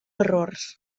errors